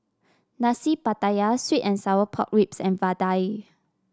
Nasi Pattaya sweet and Sour Pork Ribs and vadai